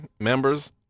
members